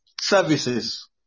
services